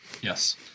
yes